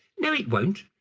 no, it won't.